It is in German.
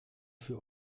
für